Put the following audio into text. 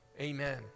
Amen